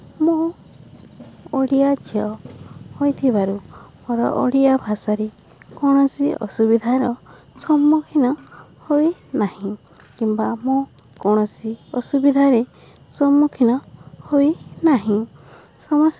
ମୁଁ ଓଡ଼ିଆ ଝିଅ ହୋଇଥିବାରୁ ମୋର ଓଡ଼ିଆ ଭାଷାରେ କୌଣସି ଅସୁବିଧାର ସମ୍ମୁଖୀନ ହୋଇନାହିଁ କିମ୍ବା ମୁଁ କୌଣସି ଅସୁବିଧାରେ ସମ୍ମୁଖୀନ ହୋଇନାହିଁ ସମସ୍ତେ